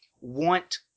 want—